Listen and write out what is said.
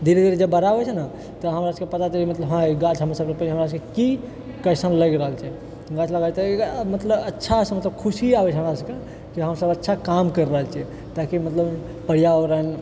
धीरे धीरे जब बड़ा होइ छै ने तऽ हमरा सबके पता चलि जाइ छै मतलब की हँ ई गाछ हमसब रोपली हमरा सभकेँ की कइसन लगि रहल छै गाछ लगाबै छियै तऽ मतलब अच्छा से मतलब ख़ुशी आबै छै हमरा सबके की हमसब अच्छा काम करि रहल छी ताकि मतलब पर्यावरण